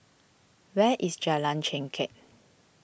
where is Jalan Chengkek